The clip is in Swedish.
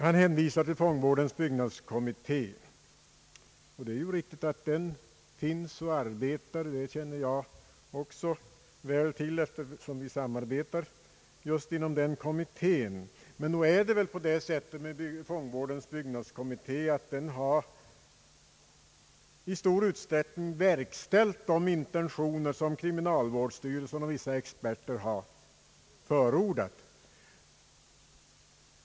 Han hänvisar till fångvårdens byggnadskommitteé, och jag känner mycket väl till att den existerar och arbetar eftersom vi samarbetar just inom den kommittén. Men nog är det väl på det sättet med fångvårdens byggnadskommitté att den i stor utsträckning har verkställt de intentioner som kriminalvårdsstyrelsen och vissa experter förordat.